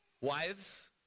Wives